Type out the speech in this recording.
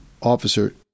officer